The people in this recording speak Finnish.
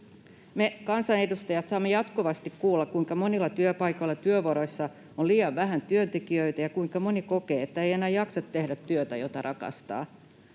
Me kansanedustajat saamme jatkuvasti kuulla, kuinka monilla työpaikoilla työvuoroissa on liian vähän työntekijöitä ja kuinka moni kokee, että ei enää jaksa tehdä työtä, jota rakastaa.